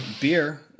beer